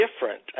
different